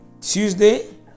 Tuesday